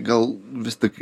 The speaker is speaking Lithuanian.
gal vis tik